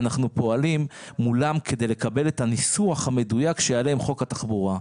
אנחנו פועלים מולם כדי לקבל את הניסוח המדויק שיעלה עם חוק התחבורה.